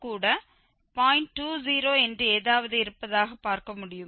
20 என்று ஏதாவது இருப்பதாக பார்க்க முடியும்